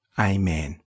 Amen